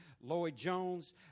Lloyd-Jones